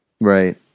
Right